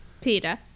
Peter